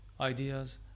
ideas